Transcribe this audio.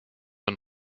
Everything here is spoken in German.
und